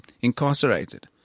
incarcerated